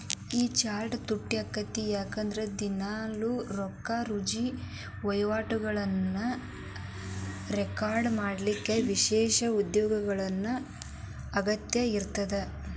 A chart ತುಟ್ಯಾಕ್ಕೇತಿ ಯಾಕಂದ್ರ ದಿನಾಲೂ ರೊಕ್ಕಾರುಜಿ ವಹಿವಾಟುಗಳನ್ನ ರೆಕಾರ್ಡ್ ಮಾಡಲಿಕ್ಕ ವಿಶೇಷ ಉದ್ಯೋಗಿಗಳ ಅಗತ್ಯ ಇರ್ತದ